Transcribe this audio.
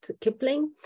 Kipling